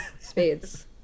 spades